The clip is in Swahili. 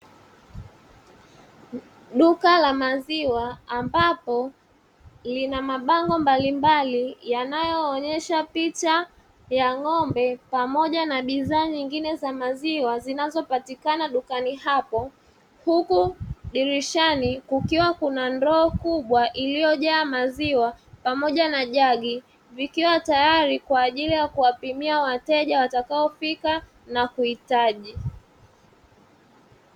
Duka la maziwa ambapo lina mabango mbalimbali yanayoonesha picha ya ng'ombe pamoja na bidhaa nyingine za maziwa zinazopatikana dukani hapo, huku dirishani kukiwa kuna ndoo kubwa iliojaa maziwa pamoja na jagi, vikiwa tayari kwa ajili ya kuwapimia wateja watakaofika na kuhitaji.